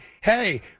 hey